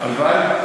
הלוואי.